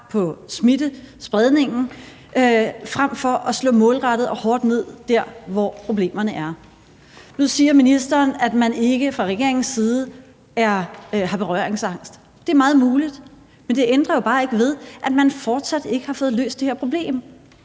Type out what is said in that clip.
på smittespredningen, frem for at slå målrettet og hårdt ned der, hvor problemerne er. Nu siger ministeren, at man ikke fra regeringens side har berøringsangst. Det er meget muligt, men det ændrer jo bare ikke ved, at man fortsat ikke har fået løst det her problem.